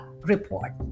report